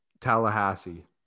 Tallahassee